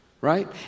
right